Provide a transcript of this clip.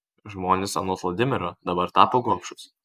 žmonės anot vladimiro dabar tapo gobšūs